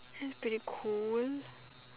it's pretty cool